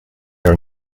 are